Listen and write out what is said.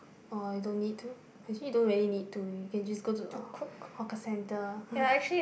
or you don't need to actually you don't really need to you can just go to a hawker centre